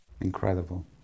Incredible